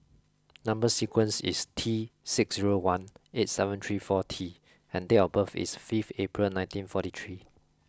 number sequence is T six zero one eight seven three four T and date of birth is five April nineteen forty three